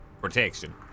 protection